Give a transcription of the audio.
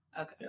Okay